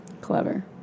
clever